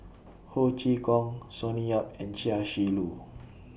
Ho Chee Kong Sonny Yap and Chia Shi Lu